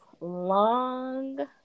long